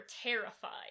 terrified